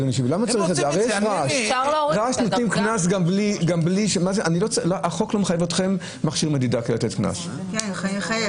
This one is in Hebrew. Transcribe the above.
הרי החוק לא מחייב אתכם במכשיר מדידה כדי לתת קנס --- הוא כן מחייב.